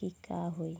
की का होई?